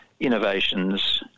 Innovations